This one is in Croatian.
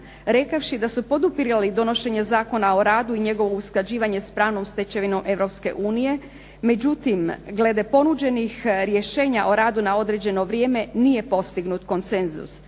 rekavši da su podupirali donošenje Zakona o radu i njegovo usklađivanje s pravnom stečevinom Europske unije, međutim, glede ponuđenih rješenja o radu na određeno vrijeme nije postignut konsenzus.